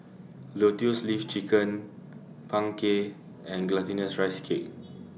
Lotus Leaf Chicken Png Kueh and Glutinous Rice Cake